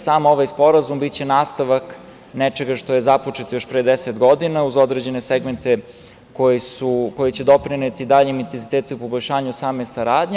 Sam ovaj Sporazum biće nastavak nečega što je započeto još pre 10 godina, uz određene segmente koji će doprineti daljem intenzitetu poboljšanja same saradnje.